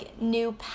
new